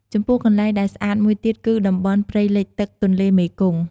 ចំពោះ កន្លែងដែលស្អាតមួយទៀតគឺ តំបន់ ព្រៃលិចទឹកទន្លេមេគង្គ។